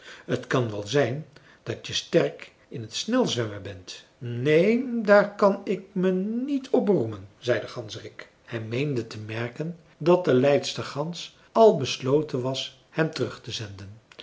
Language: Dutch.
t kan wel zijn dat je sterk in t snelzwemmen bent neen daar kan ik me niet op beroemen zei de ganzerik hij meende te merken dat de leidster gans al besloten was hem terug te zenden